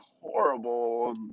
horrible